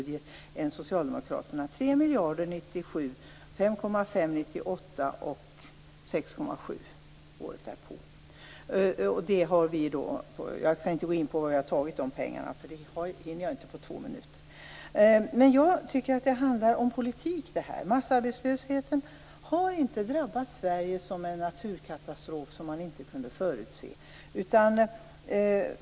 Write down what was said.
Det handlar om 3 miljarder 1997, 5,5 miljarder 1998 och 6,7 miljarder året därpå. Jag skall inte nu gå in på varifrån de pengarna skall tas, för det hinner jag inte på två minuter. Det här handlar om politik. Massarbetslösheten har inte drabbat Sverige som en naturkatastrof som inte kunde förutses.